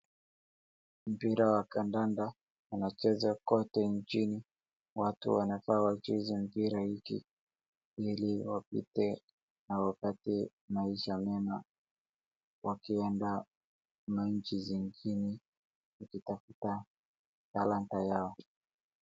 Mpira wa kandanda unachezwa kote nchini. Watu wanafaa wacheza mpira hiki ili wapite na wapate maisha mema wakienda ma nchi zingine wakitafuta talanta yao.